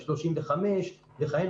F35 וכו',